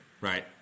Right